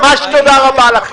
ממש תודה רבה.